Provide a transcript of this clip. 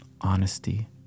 honesty